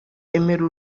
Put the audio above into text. emera